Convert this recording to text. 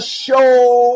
show